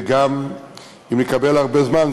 וגם אם אקבל הרבה זמן,